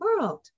world